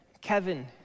Kevin